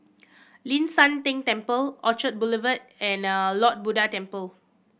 Ling San Teng Temple Orchard Boulevard and Lord Buddha Temple